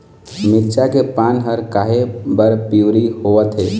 मिरचा के पान हर काहे बर पिवरी होवथे?